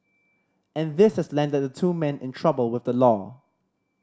and this has landed the two men in trouble with the law